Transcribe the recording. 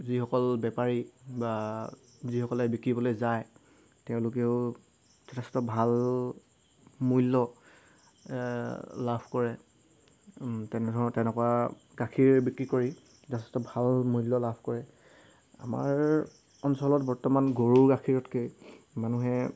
যিসকল বেপাৰী বা যিসকলে বিকিবলৈ যায় তেওঁলোকেও যথেষ্ট ভাল মূল্য লাভ কৰে তেনেধৰণৰ তেনেকুৱা গাখীৰ বিক্ৰী কৰি যথেষ্ট ভাল মূল্য লাভ কৰে আমাৰ অঞ্চলত বৰ্তমান গৰু গাখীৰতকৈ মানুহে